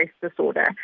disorder